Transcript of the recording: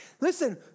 listen